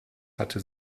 hatte